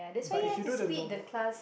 but if you do the normal